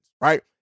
right